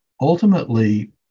Ultimately